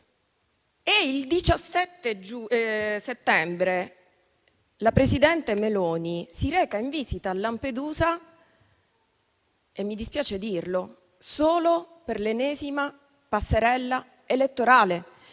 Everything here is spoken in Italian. Il 17 settembre, la presidente Meloni si reca in visita a Lampedusa - e mi dispiace dirlo - solo per l'ennesima passerella elettorale,